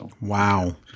Wow